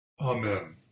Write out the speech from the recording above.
Amen